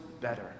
better